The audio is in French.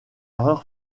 erreur